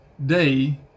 day